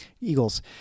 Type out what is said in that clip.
Eagles